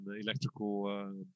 electrical